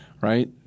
Right